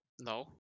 No